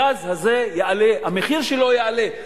הגז הזה יעלה, המחיר שלו יעלה.